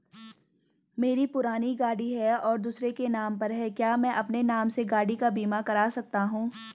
मेरी पुरानी गाड़ी है और दूसरे के नाम पर है क्या मैं अपने नाम से गाड़ी का बीमा कर सकता हूँ?